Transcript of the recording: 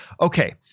Okay